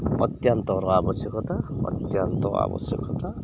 ଅତ୍ୟନ୍ତର ଆବଶ୍ୟକତା ଅତ୍ୟନ୍ତ ଆବଶ୍ୟକତା